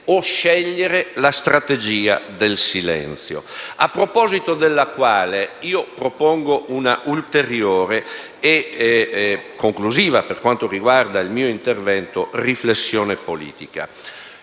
o scegliere la strategia del silenzio, a proposito della quale propongo una ulteriore e conclusiva - per quanto riguarda il mio intervento - riflessione politica.